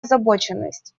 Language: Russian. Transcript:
озабоченность